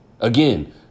again